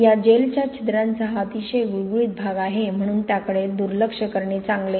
या जेलच्या छिद्रांचा हा अतिशय गुळगुळीत भाग आहे म्हणून त्याकडे दुर्लक्ष करणे चांगले